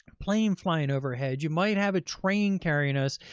plane flying overhead. you might have a train carrying us,